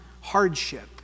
hardship